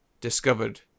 discovered